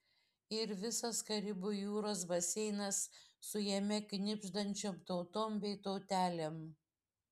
ir visas karibų jūros baseinas su jame knibždančiom tautom bei tautelėm